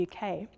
UK